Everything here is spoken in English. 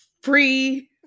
Free